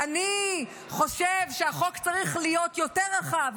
אני חושב שהחוק צריך להיות יותר רחב,